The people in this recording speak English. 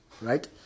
Right